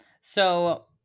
So-